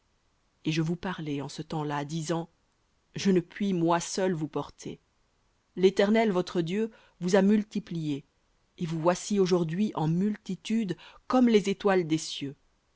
et je vous parlai en ce temps-là disant je ne puis moi seul vous porter léternel votre dieu vous a multipliés et vous voici aujourd'hui en multitude comme les étoiles des cieux